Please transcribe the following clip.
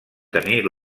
tenir